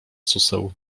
suseł